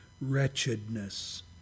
wretchedness